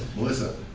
melissa.